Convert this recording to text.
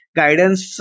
guidance